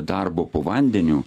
darbo po vandeniu